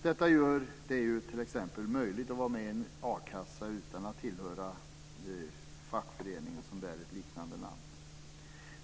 Det är ju t.ex. möjligt att vara med i en a-kassa utan att tillhöra fackföreningen som bär ett liknande namn.